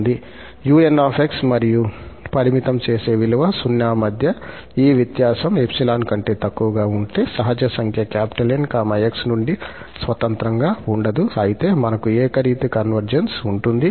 𝑢𝑛𝑥 మరియు పరిమితం చేసే విలువ 0 మధ్య ఈ వ్యత్యాసం 𝜖 కంటే తక్కువగా ఉంటే సహజ సంఖ్య 𝑁 𝑥 నుండి స్వతంత్రంగా ఉండదు అయితే మనకు ఏకరీతి కన్వర్జెన్స్ ఉంటుంది